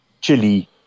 chili